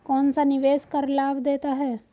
कौनसा निवेश कर लाभ देता है?